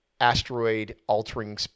asteroid-altering